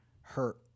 hurt